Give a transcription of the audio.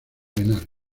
arenal